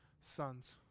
sons